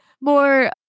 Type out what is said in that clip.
more